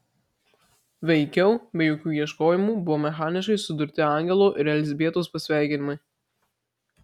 veikiau be jokių ieškojimų buvo mechaniškai sudurti angelo ir elzbietos pasveikinimai